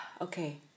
Okay